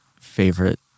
favorite